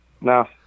No